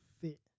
fit